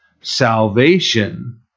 salvation